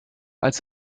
als